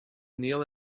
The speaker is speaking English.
kneel